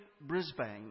Brisbane